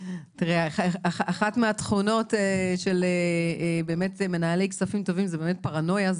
אחת מהתכונות של מנהלי כספים טובים זה באמת פרנויה.